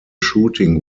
shooting